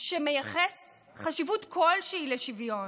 שמייחס חשיבות כלשהי לשוויון,